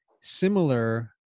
similar